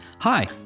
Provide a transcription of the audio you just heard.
Hi